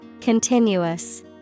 Continuous